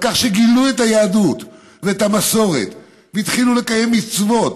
על כך שגילו את היהדות ואת המסורת והתחילו לקיים מצוות,